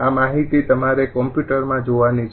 આ માહિતી તમારે કમ્પ્યુટરમાં જોવાની છે